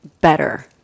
better